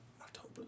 October